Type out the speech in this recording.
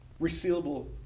resealable